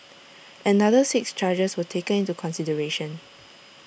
another six charges were taken into consideration